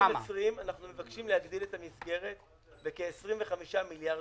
בשנת 2020 אנחנו מבקשים להגדיל את המסגרת בכ-25 מיליארד שקלים.